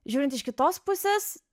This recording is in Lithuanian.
žiūrint iš kitos pusės